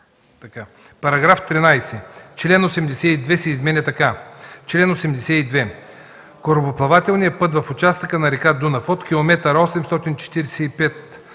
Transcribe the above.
§ 13. Член 82 се изменя така: „Чл. 82. Корабоплавателният път в участъка на река Дунав от километър 845,650